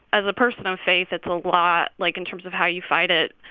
as a person of faith, it's a lot like, in terms of how you fight it,